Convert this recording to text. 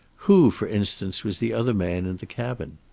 who, for instance, was the other man in the cabin?